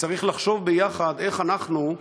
צריך לחשוב יחד איך אנחנו,